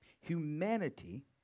Humanity